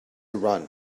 run